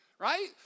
Right